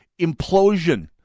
implosion